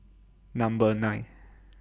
Number nine